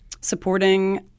supporting